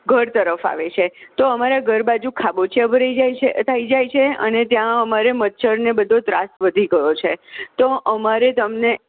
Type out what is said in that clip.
ઘર તરફ આવે છે તો અમારા ઘર બાજુ ખાબોચિયા ભરાય જાય છે અને ત્યાં અમારે મચ્છરને બધો ત્રાસ વધી ગયો છે તો અમારે તમને